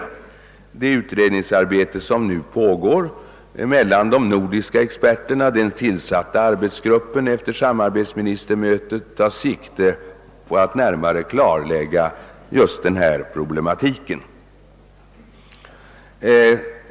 Det utredningsarbete som nu utförs av de nordiska experterna inom den arbetsgrupp, som tillsattes efter samarbetsministrarnas möte, tar sikte på att närmare klarlägga just denna problematik.